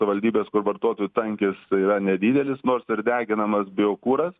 savivaldybės kur vartotojų tankis tai yra nedidelis nors ir deginamas biokuras